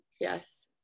Yes